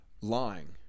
lying